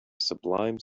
sublime